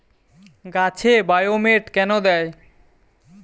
গাছে বায়োমেট কেন দেয়?